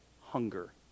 hunger